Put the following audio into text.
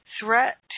threat